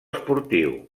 esportiu